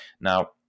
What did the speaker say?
now